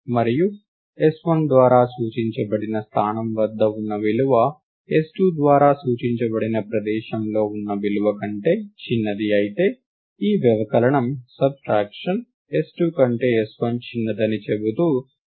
మరియు s1 ద్వారా సూచించబడిన స్థానం వద్ద ఉన్న విలువ s2 ద్వారా సూచించబడిన ప్రదేశంలో ఉన్న విలువ కంటే చిన్నది అయితే ఈ వ్యవకలనంసబ్స్ట్రాక్షన్ s2 కంటే s1 చిన్నదని చెబుతూ ప్రతికూల విలువను అందిస్తుంది